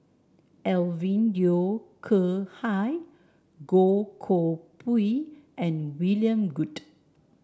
Alvin Yeo Khirn Hai Goh Koh Pui and William Goode